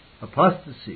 apostasy